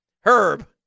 Herb